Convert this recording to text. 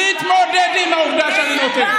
תתמודדי עם העובדה שאני נותן.